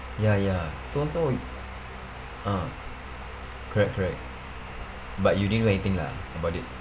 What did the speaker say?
ya ya so so ah correct correct but you didn't do anything lah about it